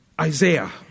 Isaiah